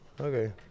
Okay